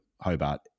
hobart